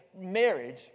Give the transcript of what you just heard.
marriage